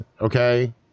okay